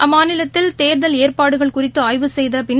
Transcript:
அம்மாநிலத்தில் தேர்தல் ஏற்பாடுகள் குறித்து ஆய்வு செய்த பின்